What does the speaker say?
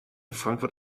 frankfurt